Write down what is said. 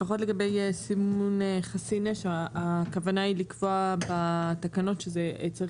לפחות לגבי סימון חסין אש הכוונה היא לקבוע בתקנות שזה צריך